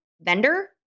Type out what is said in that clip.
vendor